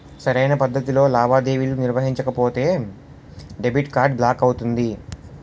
సరైన పద్ధతిలో లావాదేవీలు నిర్వహించకపోతే డెబిట్ కార్డ్ బ్లాక్ అవుతుంది